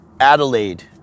Adelaide